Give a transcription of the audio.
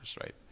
right